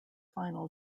final